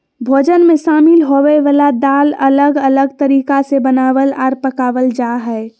भोजन मे शामिल होवय वला दाल अलग अलग तरीका से बनावल आर पकावल जा हय